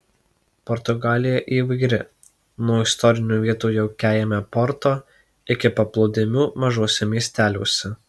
portugalija įvairi nuo istorinių vietų jaukiajame porto iki paplūdimių mažuose miesteliuose